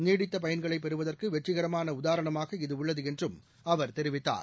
நீடித்த பயன்களை பெறுவதற்கு வெற்றிகரமான உதாரணமாக இது உள்ளது என்றும் அவா தெரிவித்தார்